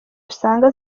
usanga